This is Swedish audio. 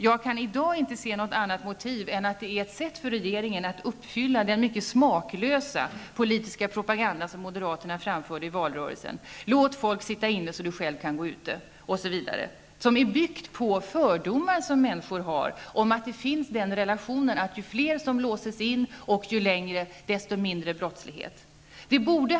Jag kan i dag inte se något annat motiv än att det är ett sätt för regeringen att uppfylla den mycket smaklösa politiska propaganda som moderaterna framförde i valrörelsen: Låt folk sitta inne, så att du själv kan gå ute! Det är byggt på fördomar som människor har om att ju fler som låses in och ju längre, desto mindre brottslighet.